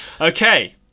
Okay